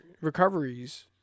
recoveries